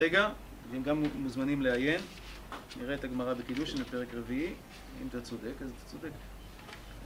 רגע, הם גם מוזמנים לעיין, נראה את הגמרא בקידוש של הפרק רביעי, אם אתה צודק אז אתה צודק.